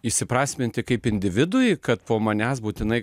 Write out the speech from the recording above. įsiprasminti kaip individui kad po manęs būtinai